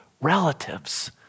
relatives